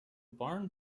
barn